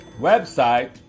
website